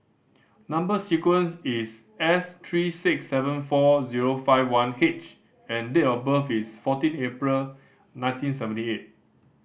number sequence is S three six seven four zero five one H and date of birth is fourteen April nineteen seventy eight